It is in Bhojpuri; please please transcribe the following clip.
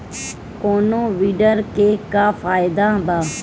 कौनो वीडर के का फायदा बा?